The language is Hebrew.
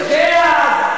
הכנסת כץ.